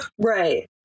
Right